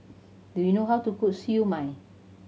do you know how to cook Siew Mai